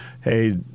hey